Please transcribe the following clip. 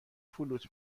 فلوت